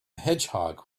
hedgehog